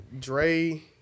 dre